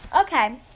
Okay